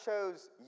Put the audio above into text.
chose